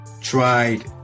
Tried